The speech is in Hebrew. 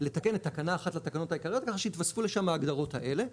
לתקן את תקנה 1 לתקנות העיקריות כך שיתווספו לשם ההגדרות האלה.